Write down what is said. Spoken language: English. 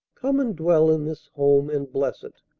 come and dwell in this home, and bless it.